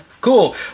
Cool